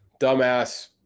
dumbass